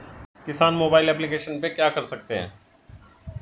किसान mobile application पे क्या क्या कर सकते हैं?